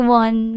one